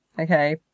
Okay